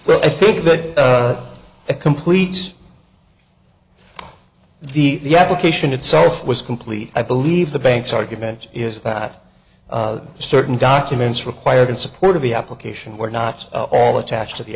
well i think that a complete the application itself was complete i believe the bank's argument is that certain documents required in support of the application were not all attached to the